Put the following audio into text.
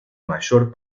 mayor